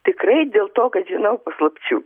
tikrai dėl to kad žinau paslapčių